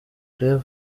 rev